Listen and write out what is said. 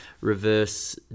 reverse